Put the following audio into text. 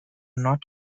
not